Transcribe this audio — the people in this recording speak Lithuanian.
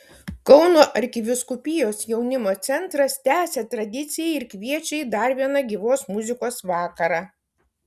kauno arkivyskupijos jaunimo centras tęsia tradiciją ir kviečią į dar vieną gyvos muzikos vakarą